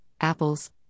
apples